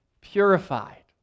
purified